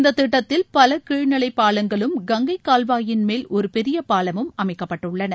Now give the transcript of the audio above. இந்த திட்டத்தில் பல கீழ்நிலை பாலங்களும் கங்கை கால்வாயின் மேல் ஒரு பெரிய பாலமும் அமைக்கப்பட்டுள்ளன